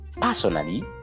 Personally